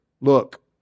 look